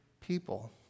people